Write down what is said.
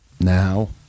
now